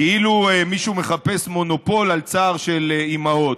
כאילו מישהו מחפש מונופול על צער של אימהות.